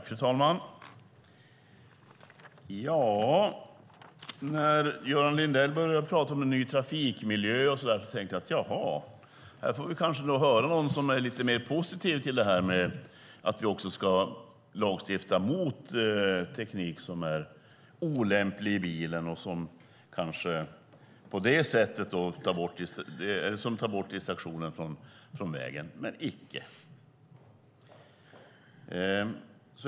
Fru talman! När Göran Lindell talar om en ny trafikmiljö och så vidare tänkte jag att vi kanske får höra någon som är lite mer positiv till att vi ska lagstifta mot olämpligt användande av teknik i bilen som tar bort koncentrationen från vägen. Men så blev icke fallet.